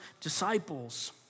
disciples